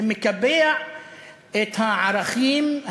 זה מקבע את הערכים,